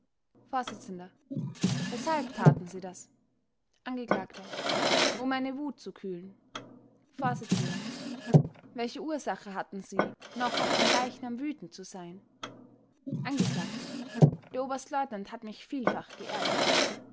vors weshalb taten sie das angekl um meine wut zu kühlen vors welche ursache hatten sie noch auf den leichnam wütend zu sein angekl der oberstleutnant hat mich vielfach geärgert